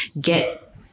get